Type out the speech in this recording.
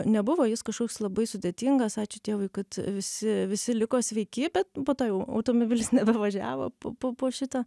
nebuvo jis kažkoks labai sudėtingas ačiū dievui kad visi visi liko sveiki bet po to jau automobilis nebevažiavo po po po šito